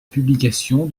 publication